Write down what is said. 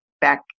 back